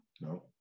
no